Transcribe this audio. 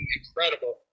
incredible